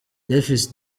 davis